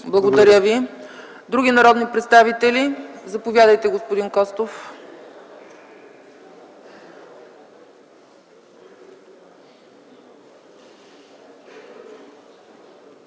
Благодаря Ви. Има ли други народни представители? Заповядайте, господин Костов.